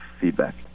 feedback